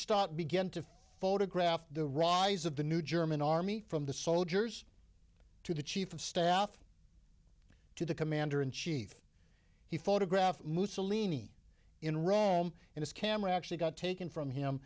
stop begin to photograph the rise of the new german army from the soldiers to the chief of staff to the commander in chief he photographed mussolini in rome and his camera actually got taken from him